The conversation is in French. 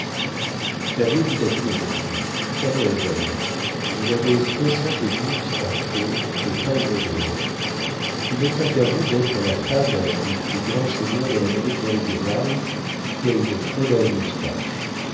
la vieille dit à cunégonde mademoiselle vous avez soixante et douze quartiers et pas une obole il ne tient qu'à vous d'être la femme du plus grand seigneur de l'amérique méridionale qui a une très belle moustache